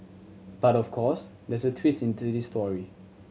but of course there's a twist into this story